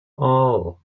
all